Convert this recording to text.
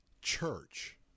church